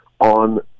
on